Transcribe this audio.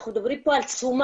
אנחנו מדברים פה על תשומה